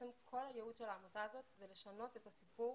שכל ייעודה לשנות את הסיפור